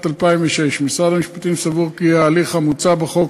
2006. משרד המשפטים סבור כי ההליך המוצע בחוק